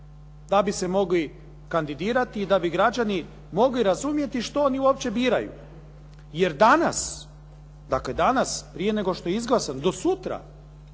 da bi se mogli kandidirati i da bi građani mogli razumjeti što oni uopće biraju jer danas, dakle danas prije nego što je izglasan do sutra